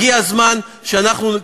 הגיע הזמן שאנחנו,